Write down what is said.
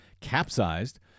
capsized